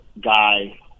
guy